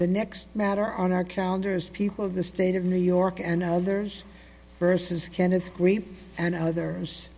the next matter on our calendars people of the state of new york and others verses can its great and others